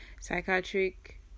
psychiatric